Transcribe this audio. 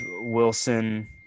Wilson